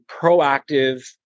proactive